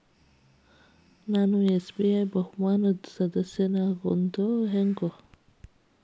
ನಾನು ಎಸ್.ಬಿ.ಐ ಬಹುಮಾನದ್ ಸದಸ್ಯನಾಗೋದ್ ಹೆಂಗ?